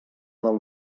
del